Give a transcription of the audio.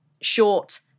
short